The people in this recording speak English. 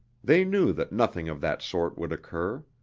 they knew that nothing of that sort would occur